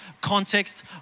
context